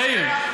מאיר.